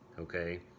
okay